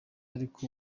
ariko